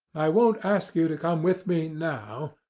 i won't ask you to come with me now,